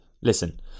listen